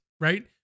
right